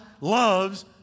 loves